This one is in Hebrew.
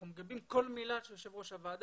אנחנו מגבים כל מילה של יושב ראש הוועדה,